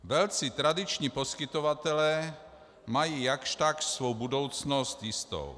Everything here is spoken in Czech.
Velcí tradiční poskytovatelé mají jakž takž svou budoucnost jistou.